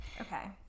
Okay